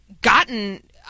gotten